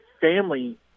family